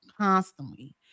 constantly